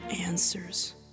answers